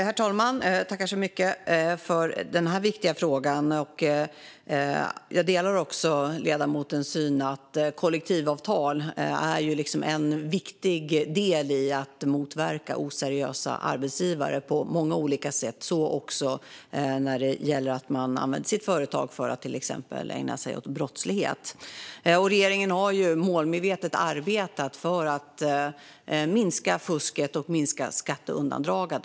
Herr talman! Jag tackar så mycket för denna viktiga fråga. Jag delar ledamotens syn att kollektivavtal är en viktig del i att motverka oseriösa arbetsgivare på många olika sätt, även när det gäller den som använder sitt företag för att till exempel ägna sig åt brottslighet. Regeringen har målmedvetet arbetat för att minska fusket och skatteundandragandet.